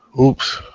Oops